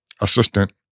assistant